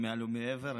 מעל ומעבר.